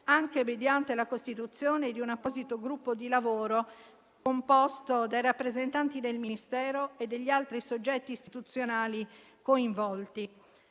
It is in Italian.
anche mediante la costituzione di un apposito gruppo di lavoro, composto dai rappresentanti del Ministero e degli altri soggetti istituzionali coinvolti.